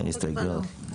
אין הסתייגויות.